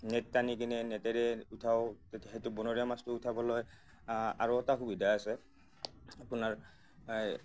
net টানি কিনে নেটেৰে উঠাও সেইটো বনৰীয়া মাছটো উঠাবলৈ আৰু এটা সুবিধা আছে আপোনাৰ এই